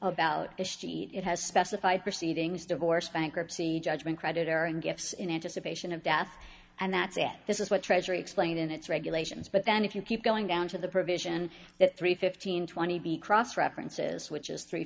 about it has specified proceedings divorce bankruptcy judgment creditor and gifts in anticipation of death and that's it this is what treasury explained in its regulations but then if you keep going down to the provision that three fifteen twenty b cross references which is three